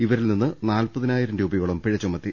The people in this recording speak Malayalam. ഇവരിൽനിന്ന് നാൽപതിനായിരം രൂപയോളം പിഴചുമ ത്തി